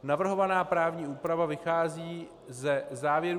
Navrhovaná právní úprava vychází ze závěrů